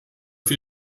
wie